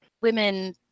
women